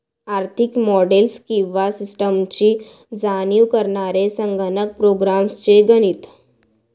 आर्थिक मॉडेल्स किंवा सिस्टम्सची जाणीव करणारे संगणक प्रोग्राम्स चे गणित